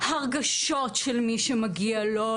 הרגשות של מי שמגיע לו,